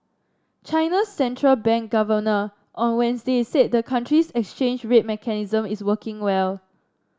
China's central bank governor on Wednesday said the country's exchange rate mechanism is working well